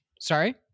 sorry